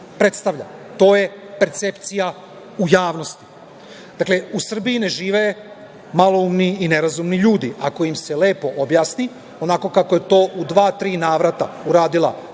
To je percepcija u javnosti. Dakle, u Srbiji ne žive maloumni i nerazumni ljudi. Ako im se lepo objasni, onako kako je to u dva, tri navrata uradila nemačka